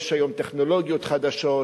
יש היום טכנולוגיות חדשות.